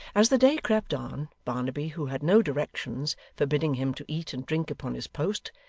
as the day crept on, barnaby, who had no directions forbidding him to eat and drink upon his post,